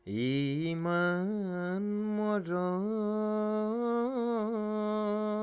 ইমান মৰম